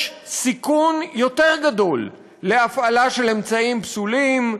יש סיכון יותר גדול להפעלה של אמצעים פסולים,